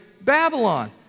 Babylon